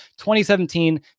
2017